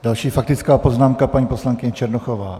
Další faktická poznámka, paní poslankyně Černochová.